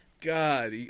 God